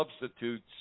substitutes